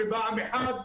הרב,